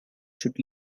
should